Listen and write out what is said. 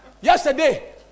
Yesterday